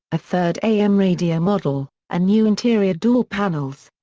a third am radio model, and new interior door panels.